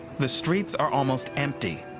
the streets are almost empty.